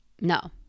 No